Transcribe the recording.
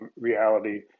reality